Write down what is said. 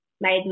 made